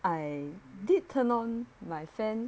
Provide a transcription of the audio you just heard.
I did turn on my fan